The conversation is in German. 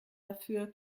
dafür